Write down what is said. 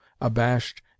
abashed